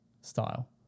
style